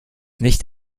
nicht